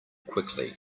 quickly